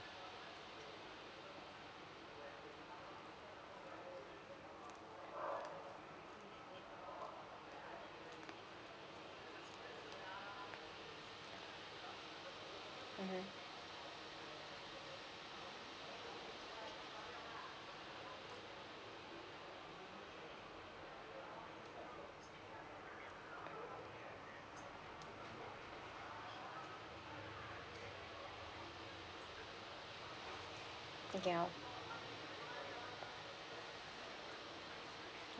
mmhmm